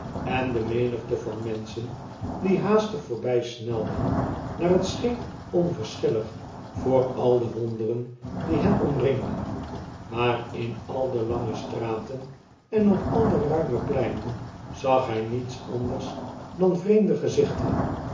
en de menigte van menschen die haastig voorbjjsnelden naar het scheen onverschillig voor al de wonderen die hen omringden maar in al de lange straten en op al de ruime pleinen zag hij niets anders dan vreemde gezichten